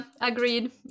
agreed